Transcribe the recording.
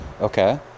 Okay